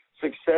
success